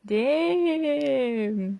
they ha-